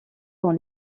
dans